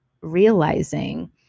realizing